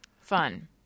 Fun